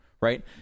right